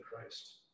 Christ